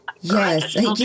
Yes